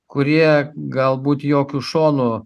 kurie galbūt jokiu šonu